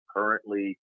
Currently